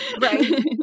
Right